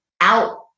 out